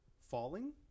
falling